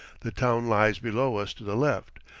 the town lies below us to the left,